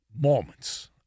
moments